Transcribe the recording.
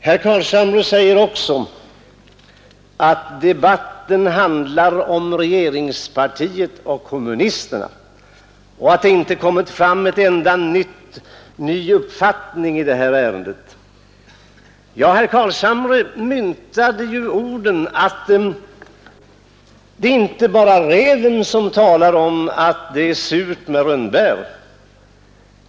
Herr Carlshamre säger också att debatten handlar om regeringspartiet och kommunisterna och att det inte kommit fram en enda ny uppfattning i detta ärende, och han myntade uttrycket att det är inte bara räven som säger att rönnbären är sura.